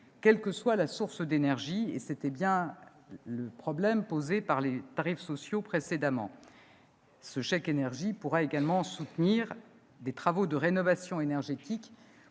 quelle que soit la source d'énergie. C'était bien le problème posé par les tarifs sociaux précédemment. Ce chèque énergie pourra également soutenir des travaux de rénovation énergétique